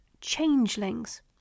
changelings